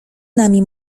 nami